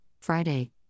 Friday